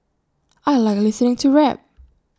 I Like listening to rap